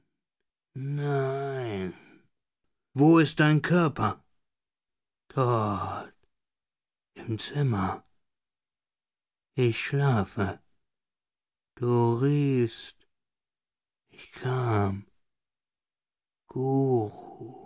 wo ist dein körper dort im zimmer ich schlafe du riefst ich kam guru